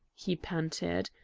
he panted.